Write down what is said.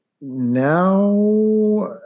now